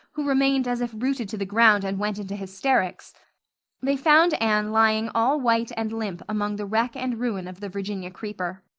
who remained as if rooted to the ground and went into hysterics they found anne lying all white and limp among the wreck and ruin of the virginia creeper.